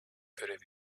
görev